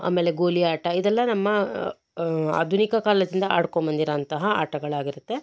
ಆಮೇಲೆ ಗೋಲಿಯಾಟ ಇದೆಲ್ಲ ನಮ್ಮ ಆಧುನಿಕ ಕಾಲದಿಂದ ಆಡ್ಕೊಂಬಂದಿರುವಂತಹ ಆಟಗಳಾಗಿರುತ್ತೆ